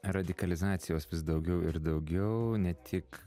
radikalizacijos vis daugiau ir daugiau ne tik